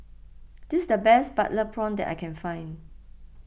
this is the best Butter Prawn that I can find